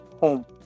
home